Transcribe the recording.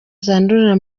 zandurira